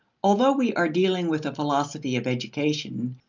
although we are dealing with the philosophy of education,